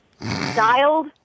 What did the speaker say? dialed